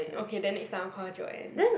okay then next time I'll call her Joanne